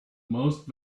most